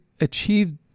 achieved